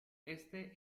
este